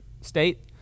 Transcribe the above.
state